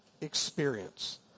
experience